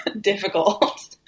difficult